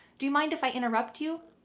do you mind if i interrupt you?